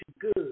good